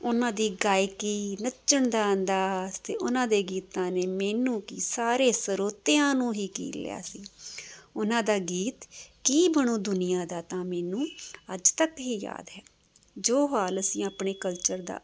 ਉਹਨਾਂ ਦੀ ਗਾਇਕੀ ਨੱਚਣ ਦਾ ਅੰਦਾਜ਼ ਅਤੇ ਉਹਨਾਂ ਦੇ ਗੀਤਾਂ ਨੇ ਮੈਨੂੰ ਕੀ ਸਾਰੇ ਸਰੋਤਿਆਂ ਨੂੰ ਹੀ ਕੀਲ ਲਿਆ ਸੀ ਉਹਨਾਂ ਦਾ ਗੀਤ ਕੀ ਬਣੂ ਦੁਨੀਆਂ ਦਾ ਤਾਂ ਮੈਨੂੰ ਅੱਜ ਤੱਕ ਵੀ ਯਾਦ ਹੈ ਜੋ ਹਾਲ ਅਸੀਂ ਆਪਣੇ ਕਲਚਰ ਦਾ